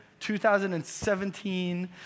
2017